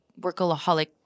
workaholic